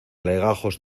legajos